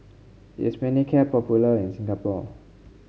is Manicare popular in Singapore